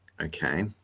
okay